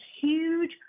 huge